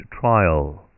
trial